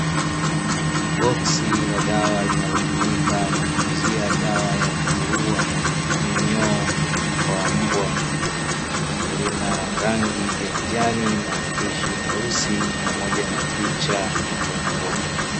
Boksi la dawa linalotumika kutunzia dawa ya kuua minyoo kwa mbwa, lina rangi ya kijani maandishi meusi pamoja na picha ya mbwa.